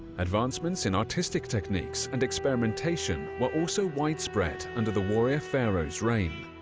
advancements in artistic techniques and experimentation were also widespread under the warrior pharaoh's reign.